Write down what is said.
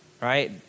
right